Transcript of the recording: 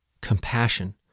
compassion